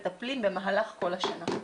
מטפלים במהלך כל השנה.